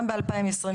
גם ב-2022,